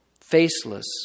faceless